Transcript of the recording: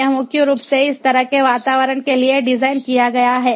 यह मुख्य रूप से इस तरह के वातावरण के लिए डिज़ाइन किया गया है